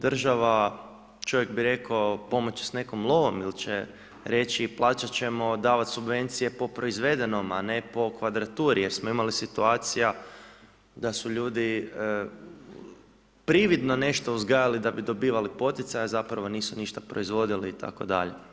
Država, čovjek bi rekao, pomoći će s nekom lovom ili će reći, plaćati ćemo, davat subvencije po proizvedenom, a ne po kvadraturi jer smo imali situacija da su ljudi prividno nešto uzgajali da bi dobivali poticaje, a zapravo nisu ništa proizvodili itd.